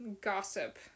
gossip